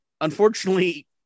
unfortunately